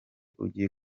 ugiye